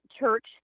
church